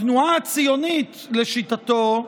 התנועה הציונית, לשיטתו,